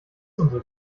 unsere